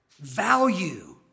value